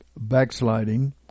backsliding